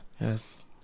yes